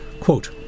Quote